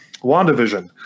WandaVision